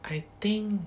I think